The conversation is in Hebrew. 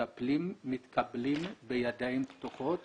מתקבלים בידיים פתוחות